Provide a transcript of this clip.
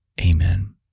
Amen